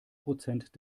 prozent